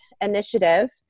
Initiative